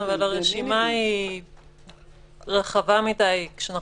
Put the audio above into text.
אבל הרשימה רחבה מידי.